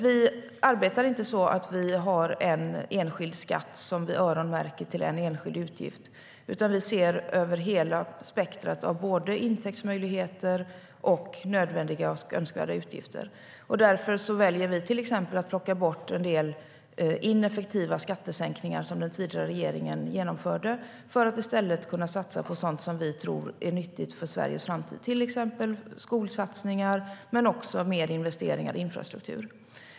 Vi arbetar inte så att vi har en enskild skatt som vi öronmärker för en enskild utgift, utan vi ser över hela spektrumet av både intäktsmöjligheter och nödvändiga och önskvärda utgifter. Därför väljer vi till exempel att plocka bort en del ineffektiva skattesänkningar, som den tidigare regeringen genomförde, för att i stället kunna satsa på sådant som vi tror är nyttigt för Sveriges framtid, till exempel skolsatsningar men också mer investeringar i infrastruktur.